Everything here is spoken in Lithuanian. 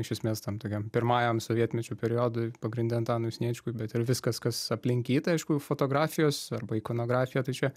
iš esmės tam tokiam pirmajam sovietmečio periodui pagrinde antanui sniečkui bet ir viskas kas aplink jį tai aišku fotografijos arba ikonografija tai čia